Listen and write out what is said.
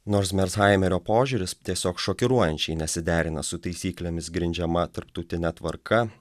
nors mershaimerio požiūris tiesiog šokiruojančiai nesiderina su taisyklėmis grindžiama tarptautine tvarka